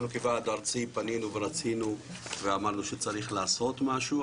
כוועד ארצי פנינו ואמרנו שצריך לעשות משהו,